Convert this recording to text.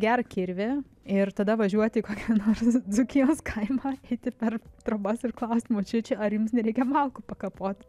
gerą kirvį ir tada važiuoti į kokį nors dzūkijos kaimą eiti per trobas ir klaust močiučių ar jums nereikia malkų pakapoti